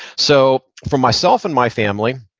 so for myself and my family,